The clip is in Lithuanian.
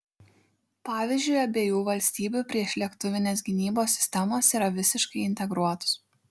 pavyzdžiui abiejų valstybių priešlėktuvinės gynybos sistemos yra visiškai integruotos